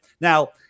Now